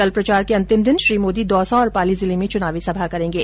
कल प्रचार के अंतिम दिन श्री मोदी दौसा और पाली जिले में चुनावी सभा करेंगे